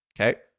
Okay